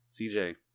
CJ